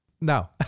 no